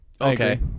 Okay